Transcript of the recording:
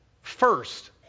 first